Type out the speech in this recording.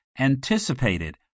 anticipated